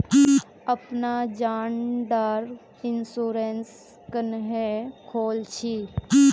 अपना जान डार इंश्योरेंस क्नेहे खोल छी?